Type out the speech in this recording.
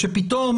שפתאום,